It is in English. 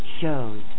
shows